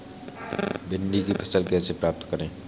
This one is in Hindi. भिंडी की फसल कैसे करें?